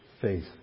faith